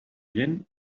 gent